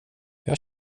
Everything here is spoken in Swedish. jag